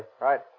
Right